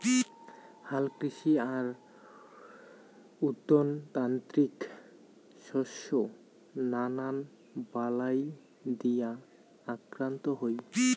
হালকৃষি আর উদ্যানতাত্ত্বিক শস্য নানান বালাই দিয়া আক্রান্ত হই